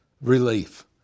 relief